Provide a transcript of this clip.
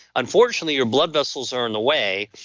unfortunately your blood vessels are in the way,